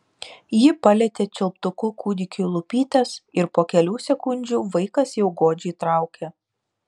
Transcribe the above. ji palietė čiulptuku kūdikiui lūpytes ir po kelių sekundžių vaikas jau godžiai traukė